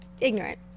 Ignorant